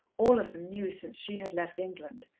all of them new since she had left england,